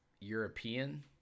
European